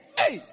hey